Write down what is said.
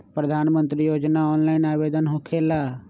प्रधानमंत्री योजना ऑनलाइन आवेदन होकेला?